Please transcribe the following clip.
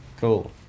Cool